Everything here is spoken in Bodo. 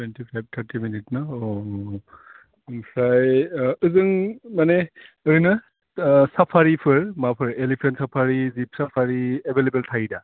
टुयेन्टि फाइभ थार्टि मिनिट ना अह ओमफ्राय ओह ओजों माने ओरैनो ओह साफारिफोर माबाफोर elephant safari jeep safari available थायो दा